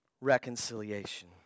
reconciliation